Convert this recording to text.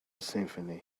symphony